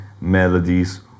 melodies